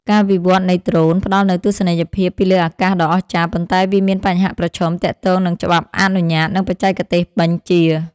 ការវិវត្តនៃដ្រូន ផ្ដល់នូវទស្សនីយភាពពីលើអាកាសដ៏អស្ចារ្យ ប៉ុន្តែវាមានបញ្ហាប្រឈមទាក់ទងនឹងច្បាប់អនុញ្ញាត និងបច្ចេកទេសបញ្ជា។